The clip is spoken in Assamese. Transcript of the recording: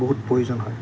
বহুত প্ৰয়োজন হয়